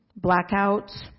blackouts